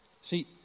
See